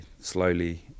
slowly